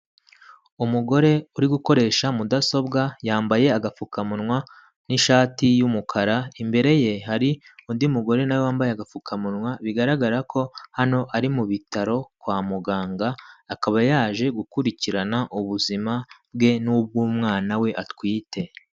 Umugore uri gukoresha mudasobwa yambaye agapfukamunwa n'ishati yumukara, imbere ye hari undi mugore nawe wambaye agapfukamunwa bigaragara ko hano ari mu bitaro kwa muganga akaba yaje gukurikirana ubuzima bwe n'ubw'umwana we atwite.